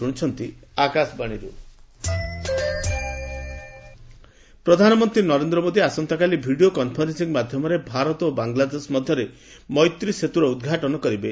PM Maitri Setu ପ୍ରଧାନମନ୍ତ୍ରୀ ନରେନ୍ଦ୍ର ମୋଦୀ ଆସନ୍ତାକାଲି video conferencing ମାଧ୍ୟମରେ ଭାରତ ଏବଂ ବାଙ୍ଗଲାଦେଶ ମଧ୍ୟରେ ମୈତ୍ରୀ ସେତୁର ଉଦ୍ଘାଟନ କରିବେ